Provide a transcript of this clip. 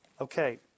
Okay